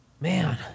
man